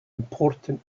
important